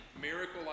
miracle